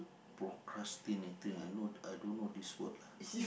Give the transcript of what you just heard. procrastinating I don't know I don't know this word